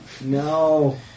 No